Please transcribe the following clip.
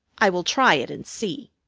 i will try it and see.